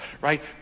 right